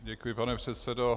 Děkuji, pane předsedo.